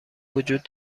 وجود